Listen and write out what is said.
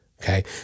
Okay